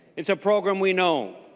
and so program we know.